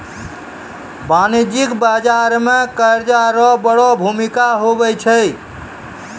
वाणिज्यिक बाजार मे कर्जा रो बड़ो भूमिका हुवै छै